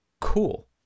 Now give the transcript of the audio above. cool